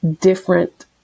different